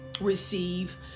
receive